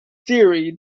theory